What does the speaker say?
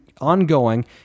ongoing